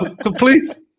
please